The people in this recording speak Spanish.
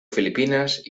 filipinas